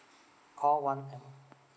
call one M